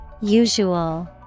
Usual